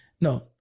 no